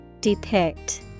depict